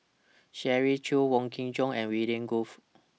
Shirley Chew Wong Kin Jong and William Goode